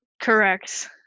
Correct